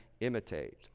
imitate